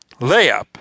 layup